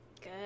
Good